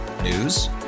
News